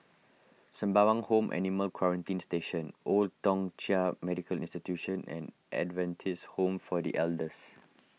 Sembawang Home Animal Quarantine Station Old Thong Chai Medical Institution and Adventist Home for the Elders